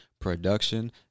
production